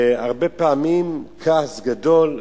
והרבה פעמים יש כעס גדול וריב.